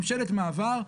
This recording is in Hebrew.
ממשלת מעבר,